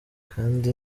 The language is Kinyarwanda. kandi